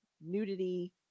nudity